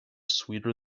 sweeter